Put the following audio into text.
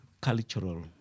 cultural